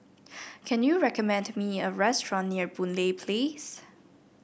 can you recommend me a restaurant near Boon Lay Place